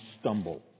stumble